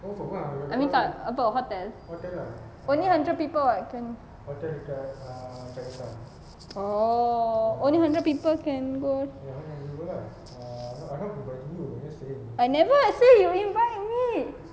I mean dekat apa hotel only hundred people [what] oh only hundred people can go never I say you invite me